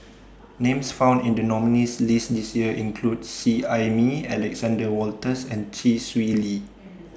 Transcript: Names found in The nominees' list This Year include Seet Ai Mee Alexander Wolters and Chee Swee Lee